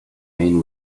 main